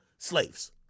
Slaves